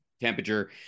temperature